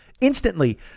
instantly